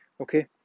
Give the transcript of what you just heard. Okay